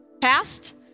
past